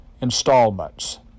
installments